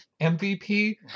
MVP